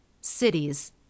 Cities